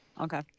Okay